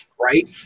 right